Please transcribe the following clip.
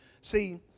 See